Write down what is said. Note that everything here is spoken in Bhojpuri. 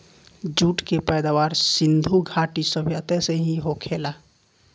जूट के पैदावार सिधु घाटी सभ्यता से ही होखेला